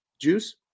Juice